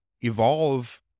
evolve